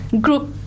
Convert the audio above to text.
group